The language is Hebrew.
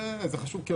זה חשוב?